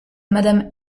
madame